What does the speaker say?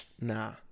Nah